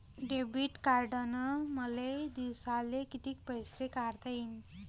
Debit कार्डनं मले दिवसाले कितीक पैसे काढता येईन?